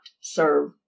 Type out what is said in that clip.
serve